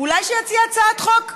אולי שיציע הצעת חוק,